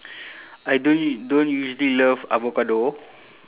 I don't don't usually love avocado